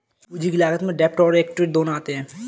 पूंजी की लागत में डेब्ट और एक्विट दोनों आते हैं